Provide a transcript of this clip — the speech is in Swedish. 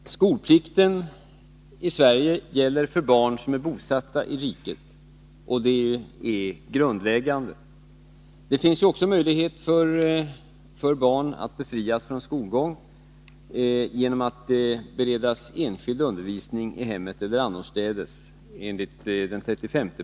Herr talman! Skolplikten i Sverige gäller för barn som är bosatta i riket, och det är grundläggande. Det finns också enligt 35 § i skollagen möjlighet för barn att befrias från skolgång genom att de bereds enskild undervisning i hemmet eller annorstädes.